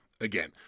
again